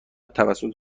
توسط